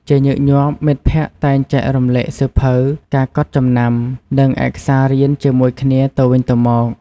ជាញឹកញាប់ មិត្តភក្តិតែងចែករំលែកសៀវភៅ ការកត់ចំណាំ និងឯកសាររៀនជាមួយគ្នាទៅវិញទៅមក។